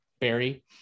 Barry